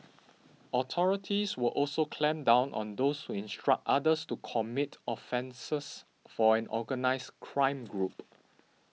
authorities would also clamp down on those who instruct others to commit offences for an organised crime group